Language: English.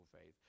faith